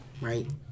Right